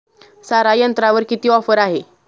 सारा यंत्रावर किती ऑफर आहे?